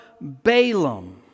Balaam